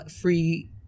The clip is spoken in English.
free